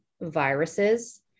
viruses